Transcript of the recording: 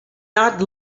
not